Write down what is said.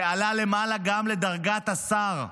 זה עלה למעלה גם לדרגת השר.